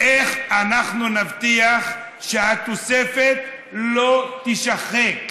איך אנחנו נבטיח שהתוספת לא תישחק?